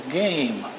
game